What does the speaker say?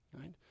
right